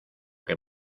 que